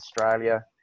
Australia